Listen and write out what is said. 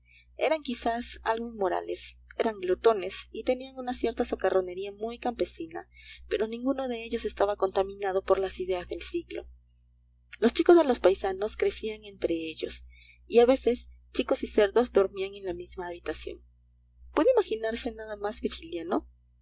eran quizás algo inmorales eran glotones y tenían una cierta socarronería muy campesina pero ninguno de ellos estaba contaminado por las ideas del siglo los chicos de los paisanos crecían entre ellos y a veces chicos y cerdos dormían en la misma habitación puede imaginarse nada más virgiliano